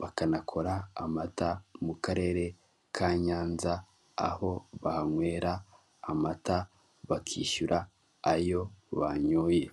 bakanakora amata mu mu karere ka Nyanza, aho banywera amata bakishyura ayo banyoye.